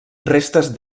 restes